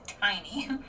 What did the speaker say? tiny